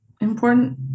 important